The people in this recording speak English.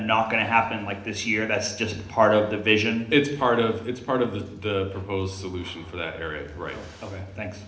not going to happen like this year that's just part of the vision it's part of it's part of the proposed solution for that area ok thanks